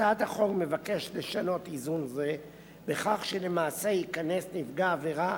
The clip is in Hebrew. הצעת החוק מבקשת לשנות איזון זה בכך שלמעשה ייכנס נפגע העבירה